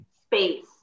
space